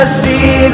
see